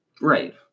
Right